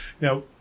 Now